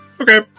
Okay